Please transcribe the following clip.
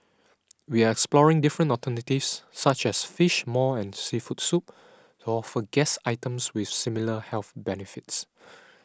we are exploring different alternatives such as Fish Maw and seafood soup to offer guests items with similar health benefits